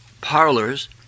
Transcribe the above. parlors